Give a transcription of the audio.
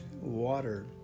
water